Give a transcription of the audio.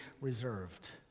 reserved